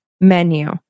menu